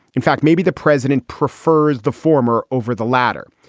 in fact, maybe the president prefers the former over the latter.